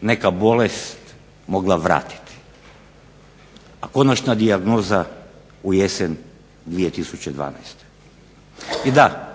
neka bolest mogla vratiti. A konačna dijagnoza u jesen 2012. I da,